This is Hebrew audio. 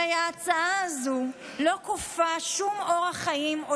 הרי ההצעה הזו לא כופה שום אורח חיים או